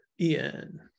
Ian